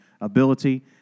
ability